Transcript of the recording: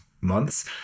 months